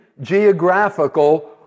geographical